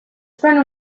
friend